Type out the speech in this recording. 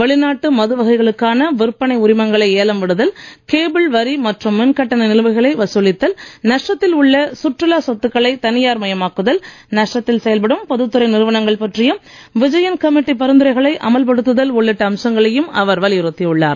வெளிநாட்டு மது வகைகளுக்கான விற்பனை உரிமங்களை ஏலம் விடுதல் கேபிள் வரி மற்றும் மின் கட்டண நிலுவைகளை வசூலித்தல் நஷ்டத்தில் உள்ள சுற்றுலா சொத்துக்களை தனியார் மயமாக்குதல் நஷ்டத்தில் செயல்படும் பொதுத்துறை நிறுவனங்கள் பற்றிய விஜயன் கமிட்டி பரிந்துரைகளை அமல் படுத்துதல் உள்ளிட்ட அம்சங்களையும் அவர் வலியுறுத்தியுள்ளார்